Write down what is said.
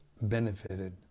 benefited